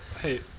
Hey